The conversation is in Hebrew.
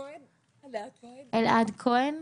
אלעד כהן.